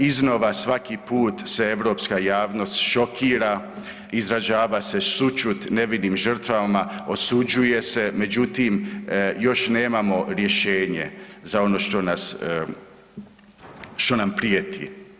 Iznova svaki put se europska javnost šokira, izražava se sućut nevinim žrtvama, osuđuje se, međutim još nemamo rješenje za ono što nam prijeti.